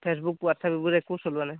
Facebook WhatsApp এইবোৰ একো চলোৱা নাই